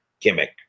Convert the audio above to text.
gimmick